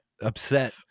upset